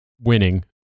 winning